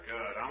Good